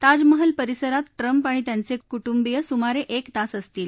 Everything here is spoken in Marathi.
ताजमहल परिसरात ट्रम्प आणि त्यांचे कुटुंबिय सुमारे एक तास असतील